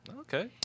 Okay